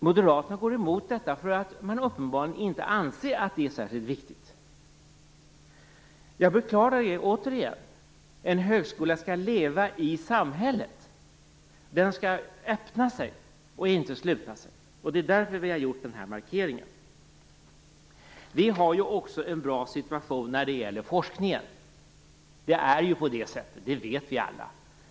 Moderaterna går emot detta därför att de uppenbarligen inte anser att det är särskilt viktigt. Jag beklagar det återigen. En högskola skall leva i samhället. Den skall öppna sig, och inte sluta sig. Det är därför regeringen har gjort den här markeringen. Sverige har en bra forskningssituation. Så är det, och det vet vi alla.